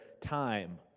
time